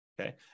Okay